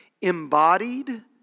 Embodied